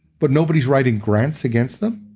but nobody's writing grants against them,